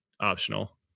optional